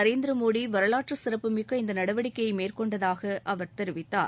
நரேந்திர மோடி வரலாற்றுச் சிறப்புமிக்க இந்த நடவடிக்கையை மேற்கொண்டதாக அவர் தெரிவித்தார்